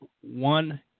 one